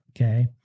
Okay